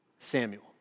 Samuel